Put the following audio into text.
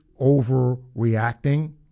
overreacting